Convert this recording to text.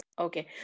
okay